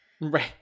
Right